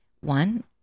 One